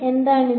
എന്താണിത്